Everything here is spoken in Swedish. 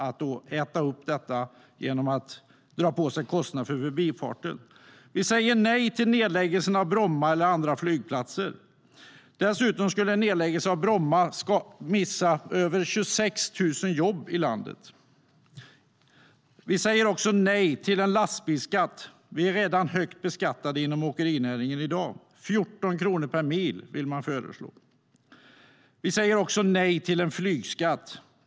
Det skulle äta upp dem genom att man drar på sig kostnader för Förbifarten.Vi säger nej till en lastbilsskatt. Vi är redan högt beskattade inom åkerinäringen i dag. Man vill föreslå 14 kronor per mil. Vi säger nej till en flygskatt.